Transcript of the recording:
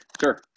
sure